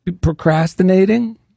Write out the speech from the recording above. procrastinating